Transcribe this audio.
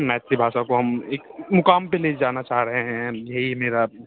मैथिली भाषा को हम एक मुकाम पर ले जाना चाह रहे हैं यही मेरा